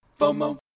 FOMO